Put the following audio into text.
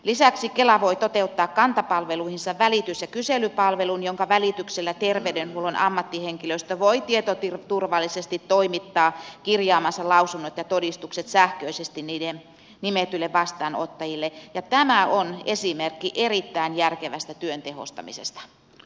lisäksi kela voi toteuttaa kantapalveluihinsa välitys ja kyselypalvelun jonka välityksellä terveydenhuollon ammattihenkilöstö voi tietoturvallisesti toimittaa kirjaamansa lausunnot ja todistukset sähköisesti niiden nimetyille vastaanottajille ja tämä on esimerkki erittäin järkevästä työn tehostamisesta